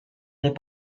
n’est